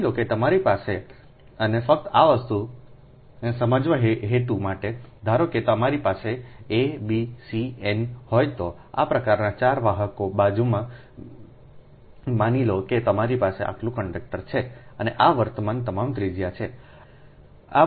માની લો કે તમારી પાસે અને ફક્ત આ વસ્તુને સમજવાના હેતુ માટે ધારો કે જો તમારી પાસે એ બી સી n હોય તો આ પ્રકારની ચાર વાહક બાજુઓ માની લો કે તમારી પાસે આટલું કંડક્ટર છે અને આ વર્તમાન તમામ ત્રિજ્યા છે